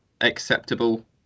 acceptable